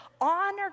honor